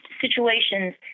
situations